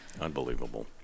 Unbelievable